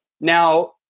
now